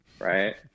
right